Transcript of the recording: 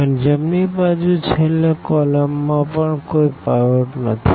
પણ જમણી બાજુ છેલ્લે કોલમ માં પણ કોઈ પાઈવોટ નથી